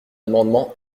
amendement